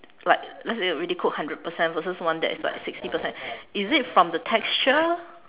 like let's say really cook hundred percent versus one that is like sixty percent is it from the texture